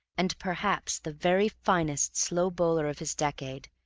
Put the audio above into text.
and perhaps the very finest slow bowler of his decade,